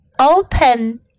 Open